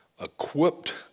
equipped